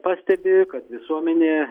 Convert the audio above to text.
pastebi kad visuomenė